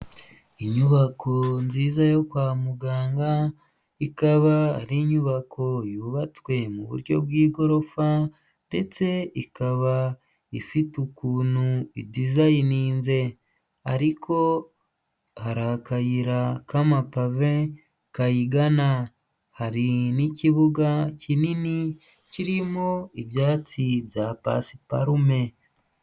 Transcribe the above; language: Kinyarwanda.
Inyubako nziza yo kwa muganga, ikaba ari inyubako yubatswe mu buryo bw'igorofa ndetse ikaba ifite ukuntu idizayininze ariko hari akayira k'amapave kayigana, hari n'ikibuga kinini kirimo ibyatsi bya pasiparume.